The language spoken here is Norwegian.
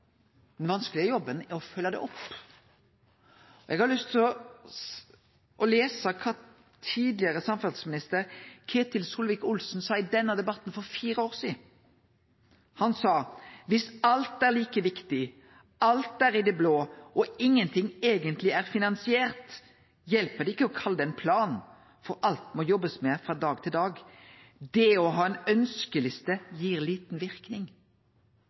Den vanskelege jobben er å følgje det opp. Eg har lyst til å lese kva tidlegare samferdselsminister Ketil Solvik-Olsen sa i denne debatten for fire år sidan. Han sa: «Hvis alt er like viktig, alt er i det blå og ingenting egentlig er finansiert, hjelper det ikke å kalle det en plan, for alt må jobbes med fra dag til dag. Det å ha en ønskeliste gir liten virkning.»